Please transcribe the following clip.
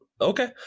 Okay